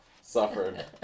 suffered